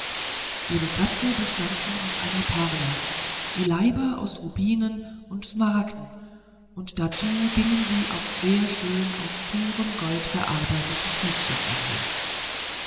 ihre köpfe bestanden aus einer perle die leiber aus rubinen und smaragden und dazu gingen sie auf sehr schön aus purem gold gearbeiteten füßchen einher